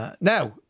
Now